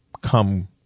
come